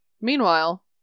Meanwhile